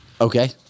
Okay